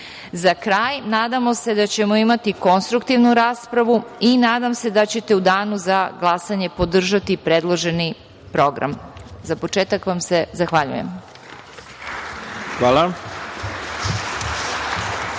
kraj, nadamo se da ćemo imati konstruktivnu raspravu i nadam se da ćete u danu za glasanje podržati predloženi program. Za početak vam se zahvaljujem. **Ivica